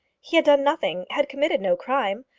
he had done nothing, had committed no crime,